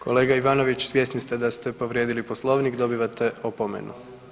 Kolega Ivanović, svjesni ste da ste povrijedili Poslovnik, dobivate opomenu.